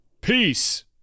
peace